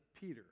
Peter